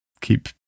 keep